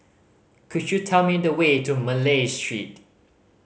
could you tell me the way to Malay Street